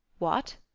what?